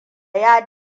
ya